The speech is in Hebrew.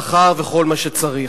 שכר וכל מה שצריך.